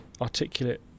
articulate